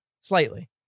slightly